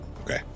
Okay